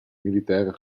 militaire